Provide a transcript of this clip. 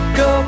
go